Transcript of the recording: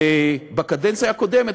ובקדנציה הקודמת,